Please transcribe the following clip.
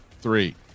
three